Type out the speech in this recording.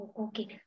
Okay